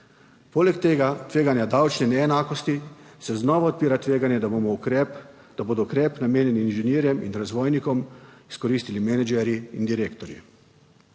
Poleg tega tveganja davčne neenakosti se znova odpira tveganje, da bodo ukrep namenjen inženirjem in razvojnikom izkoristili menedžerji in direktorji.